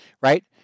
right